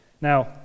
Now